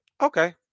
Okay